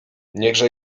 niechże